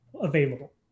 available